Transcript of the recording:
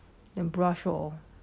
then brush orh